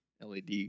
LED